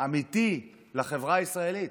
אמיתי לחברה הישראלית.